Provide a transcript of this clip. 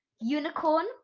unicorn